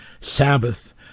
Sabbath